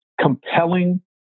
compelling